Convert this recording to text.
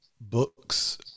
books